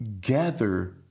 gather